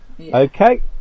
Okay